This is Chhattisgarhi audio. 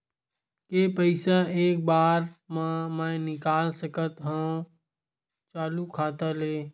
के पईसा एक बार मा मैं निकाल सकथव चालू खाता ले?